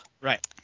Right